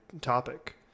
topic